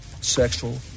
sexual